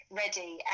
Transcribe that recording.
ready